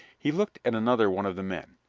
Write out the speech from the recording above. he looked at another one of the men.